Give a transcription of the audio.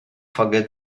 forget